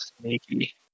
sneaky